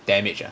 damage ah